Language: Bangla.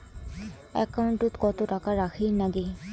একাউন্টত কত টাকা রাখীর নাগে?